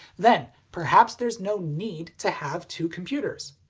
then perhaps there's no need to have two computers.